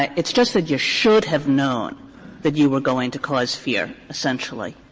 it's just that you should have known that you were going to cause fear, essentially.